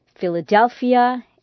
Philadelphia